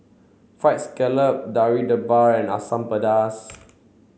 fried scallop Debal and Asam Pedas